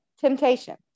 temptation